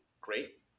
great